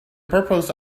purpose